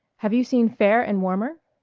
have you seen fair and warmer?